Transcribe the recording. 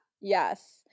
Yes